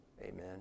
Amen